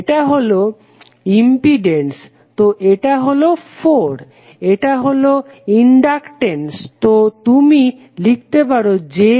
এটা হলো ইম্পিডেন্স তো এটা হলো 4 এটা হলো ইনডাকটেন্স তো তুমি লিখতে পারো j3